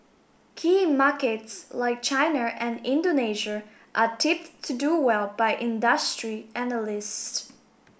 key markets like China and Indonesia are tipped to do well by industry analysts